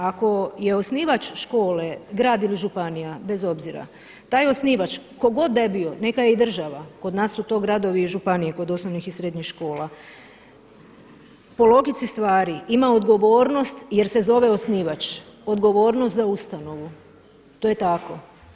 Ako je osnivač škole grad ili županija bez obzira, taj osnivač tko god da je bio neka je i država, kod nas su to gradovi i županije kod osnovnih i srednjih škola, po logici stvari ima odgovornost jer se zove osnivač, odgovornost za ustanovu to je tako.